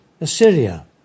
Assyria